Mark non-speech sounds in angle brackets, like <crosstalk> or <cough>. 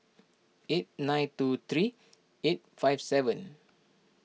<noise> eight nine two three eight five seven